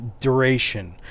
duration